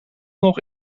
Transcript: nog